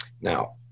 Now